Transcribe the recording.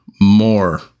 more